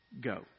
go